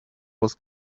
was